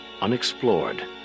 unexplored